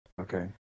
Okay